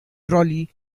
trolley